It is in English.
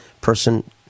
person